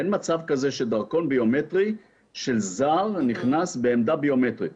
אין מצב כזה שדרכון ביומטרי של זר נכנס בעמדה ביומטרית.